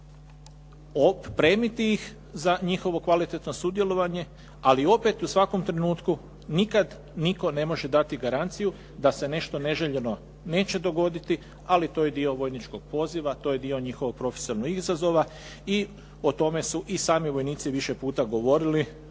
opremiti ih za njihovo kvalitetno sudjelovanje ali opet u svakom trenutku nikad nitko ne može dati garanciju da se nešto neželjeno neće dogoditi, ali to je dio vojničkog poziva. To je dio njihovog profesionalnog izazova i o tome su i sami vojnici više puta govorili